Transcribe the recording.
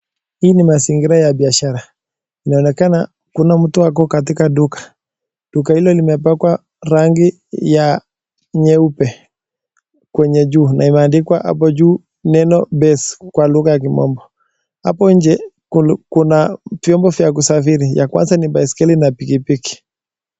Hii ni mazingira ya biashara na inaonekana kuna mtu ako katika duka. lDuka hilo limepakwa rangi ya nyeupe kwa eneo la juu. Na imeandikwa neno 'Base' kwa kimombo. Hapo nje kuna vyombo vya kusafiri ya kwanza ni baiskeli na pikipiki.